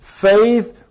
Faith